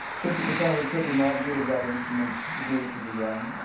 fifty percent of the trip, we navigated without instruments. we gave it to the young.